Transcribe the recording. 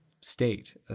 state